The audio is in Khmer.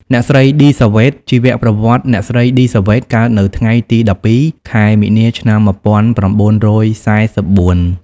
អ្នកស្រី ឌី សាវ៉េត ជីវប្រវត្តិ អ្នកស្រី ឌី សាវ៉េត កើតនៅថ្ងៃទី១២ ខែមីនា ឆ្នាំ១៩៤៤។